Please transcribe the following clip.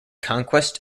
conquest